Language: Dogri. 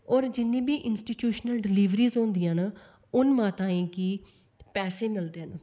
होर जिन्नी बी इंस्टीट्यूशनल डिलीविरस होंदियां न उन माताएं गी पैसे मिलदे न